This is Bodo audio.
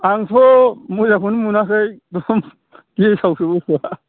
आंथ' मोजांखौनो मोनाखै गेसावसो बुस्थुआ